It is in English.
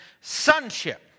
sonship